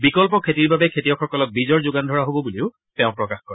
বিকল্প খেতিৰ বাবে খেতিয়কসকলক বীজৰ যোগান ধৰা হব বুলিও তেওঁ প্ৰকাশ কৰে